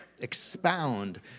expound